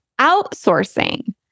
outsourcing